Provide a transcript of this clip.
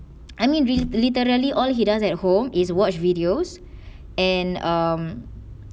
I mean re~ literally all he does at home is watch videos and um